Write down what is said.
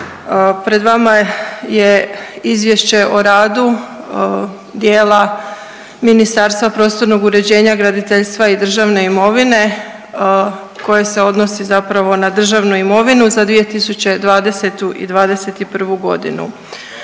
Pred vama je Izvješće o radu dijela Ministarstva prostornog uređenja, graditeljstva i državne imovine koje se odnosi zapravo na državnu imovinu za 2020. i '21.g..